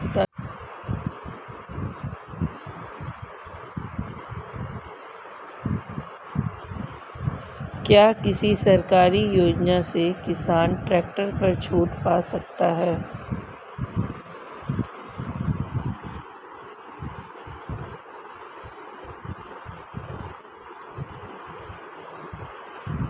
क्या किसी सरकारी योजना से किसान ट्रैक्टर पर छूट पा सकता है?